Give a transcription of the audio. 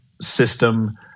system